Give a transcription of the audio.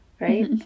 right